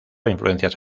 influencias